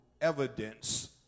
evidence